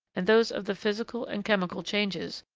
and those of the physical and chemical changes,